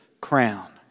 crown